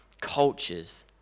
cultures